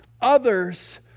others